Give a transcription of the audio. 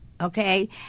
okay